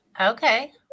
okay